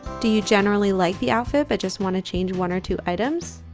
do you generally like the outfit, but just want to change one or two items?